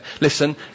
Listen